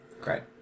Great